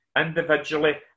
individually